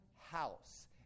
house